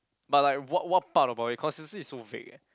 but like what what part about it consistency is so vague eh